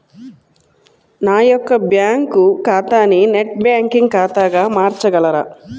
నా యొక్క బ్యాంకు ఖాతాని నెట్ బ్యాంకింగ్ ఖాతాగా మార్చగలరా?